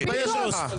תתבייש לך.